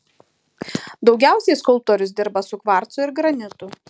daugiausiai skulptorius dirba su kvarcu ir granitu